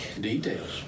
Details